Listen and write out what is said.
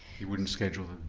he wouldn't schedule them?